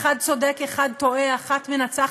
אני מבין שכל מי שרוצה להיכנס למדינה,